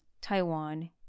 Taiwan